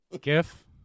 GIF